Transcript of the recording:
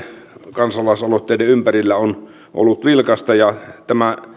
kansalaisaloitteiden ympärillä on ollut vilkasta ja tämä